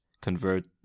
convert